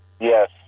Yes